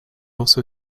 also